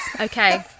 okay